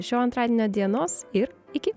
šio antradienio dienos ir iki